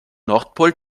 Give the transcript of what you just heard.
nordpol